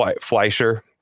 Fleischer